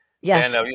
Yes